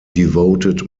devoted